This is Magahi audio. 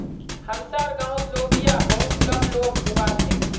हमसार गांउत लोबिया बहुत कम लोग उगा छेक